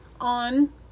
on